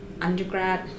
undergrad